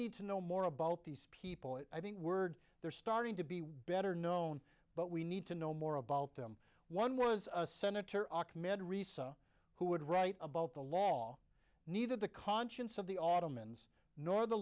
need to know more about these people i think word they're starting to be better known but we need to know more about them one was a senator who would write about the law neither the conscience of the ottomans nor the